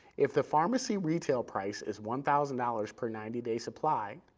if the pharmacy retail price is one thousand dollars per ninety day supply,